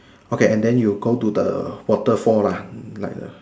okay and then you go to the waterfall lah like the